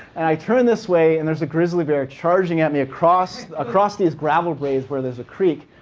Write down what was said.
and i turn this way and there's a grizzly bear charging at me across across these gravel braids where there's a creek.